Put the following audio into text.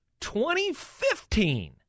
2015